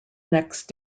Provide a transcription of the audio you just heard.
next